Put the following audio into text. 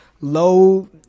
Low